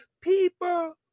people